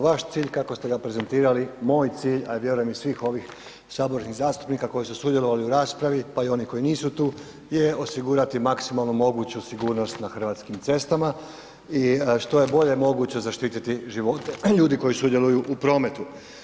Vaš cilj kako ste ga prezentirali, moj cilj, a ja vjerujem i svih ovih saborskih zastupnika koji su sudjelovali u raspravi, pa i oni koji nisu tu je osigurati maksimalno moguću sigurnost na hrvatskim cestama i što je bolje moguće zaštititi živote ljudi koji sudjeluju u prometu.